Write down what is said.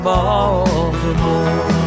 Baltimore